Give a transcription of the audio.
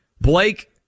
Blake